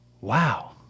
Wow